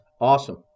awesome